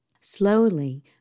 Slowly